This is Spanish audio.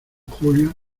julia